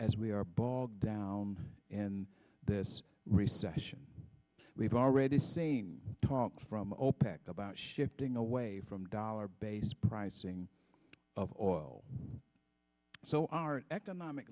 as we are bogged down in this recession we've already seen talk from opec about shifting away from dollar based pricing of oil so our economic